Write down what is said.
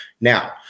Now